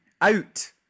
out